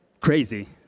crazy